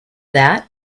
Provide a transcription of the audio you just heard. that